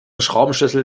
schraubenschlüssel